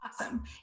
Awesome